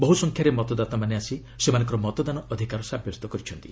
ବହୁ ସଂଖ୍ୟାରେ ମତଦାତା ଆସି ସେମାନଙ୍କର ମତଦାନ ଅଧିକାର ସାବ୍ୟସ୍ତ କରିଥିଲେ